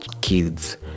kids